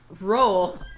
roll